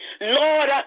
Lord